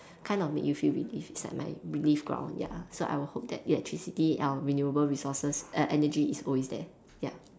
kind of make you feel relieved it's like my night relief ground ya so I would hope that electricity our renewable resources err energy is always there ya